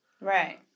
right